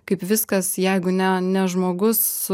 kaip viskas jeigu ne ne žmogus su